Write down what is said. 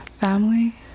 family